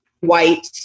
white